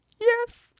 Yes